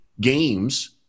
games